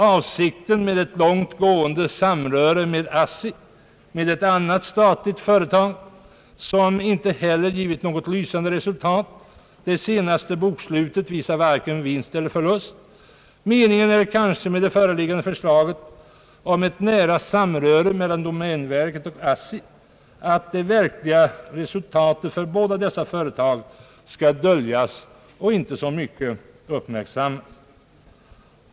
: Avsikten med ett långt gående samröre med ASSI, ett annat statligt företag som inte heller givit något lysande resultat— det senaste bokslutet visar varken vinst eller förlust — är kanske att det verkliga resultatet för båda dessa företag skall döljas och inte så mycket uppmärksammas.